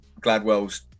Gladwell's